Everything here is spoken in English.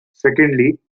secondly